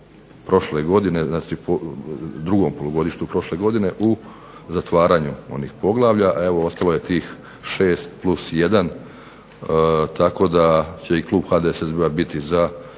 drugom polugodištu prošle godine u zatvaranju onih poglavlja, a evo ostalih je tih 6+1 tako da će i klub HDSSB-a biti za